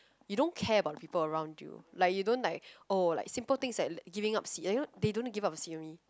you don't care about people around you like you don't like oh like simple thing like giving up seat you know they don't give up seat